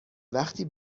وقتی